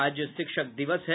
और आज शिक्षक दिवस है